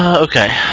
ok